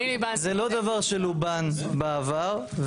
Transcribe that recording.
זה לא דבר שלובן בעבר.